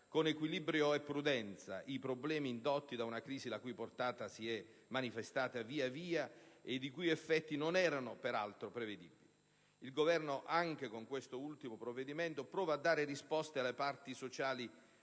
con equilibrio e prudenza, i problemi indotti da una crisi la cui portata si è via via manifestata ed i cui effetti non erano, peraltro, prevedibili. Il Governo, anche con questo ultimo provvedimento, prova a dare risposte alle parti sociali